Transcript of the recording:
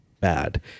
bad